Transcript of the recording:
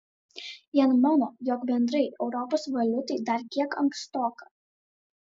vieni mano jog bendrai europos valiutai dar kiek ankstoka